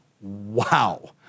Wow